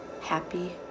happy